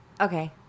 Okay